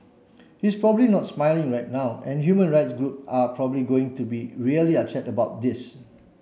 he's probably not smiling right now and human rights group are probably going to be really upset about this